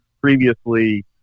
previously